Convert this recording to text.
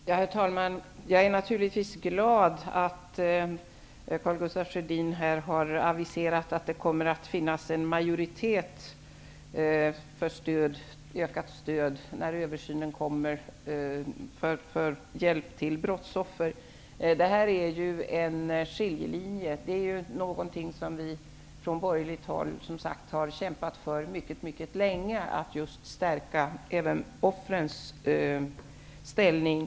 Herr talman! Jag är naturligtvis glad över att Karl Gustaf Sjödin här aviserar att det i fråga om nämnda översyn kommer att finnas en majoritet för ett ökat stöd till hjälp för brottsoffer. Här går en skiljelinje. Det handlar ju om något som vi på borgerligt håll mycket länge har kämpat för. Det gäller alltså att även stärka just offrens ställning.